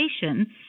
patients